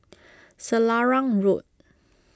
Selarang Road